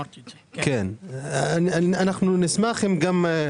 זה לא נושא הדיון עכשיו.